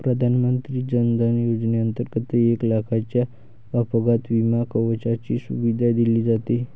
प्रधानमंत्री जन धन योजनेंतर्गत एक लाखाच्या अपघात विमा कवचाची सुविधा दिली जाते